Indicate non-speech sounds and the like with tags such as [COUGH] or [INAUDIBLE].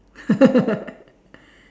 [LAUGHS]